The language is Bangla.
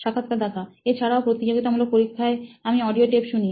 সাক্ষাৎকারদাতাএছাড়াও প্রতিযোগিতামূলক পরীক্ষায় আমি অডিও টেপ শুনি